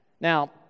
Now